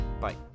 bye